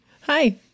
Hi